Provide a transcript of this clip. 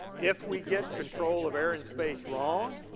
if we get control of air and space wrong.